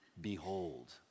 behold